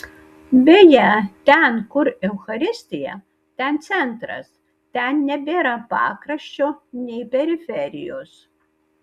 beje ten kur eucharistija ten centras ten nebėra pakraščio nei periferijos